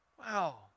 Wow